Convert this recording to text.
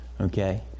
okay